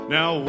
Now